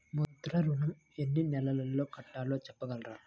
ముద్ర ఋణం ఎన్ని నెలల్లో కట్టలో చెప్పగలరా?